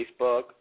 Facebook